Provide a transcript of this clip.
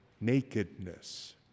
nakedness